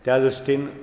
त्या दृश्टीन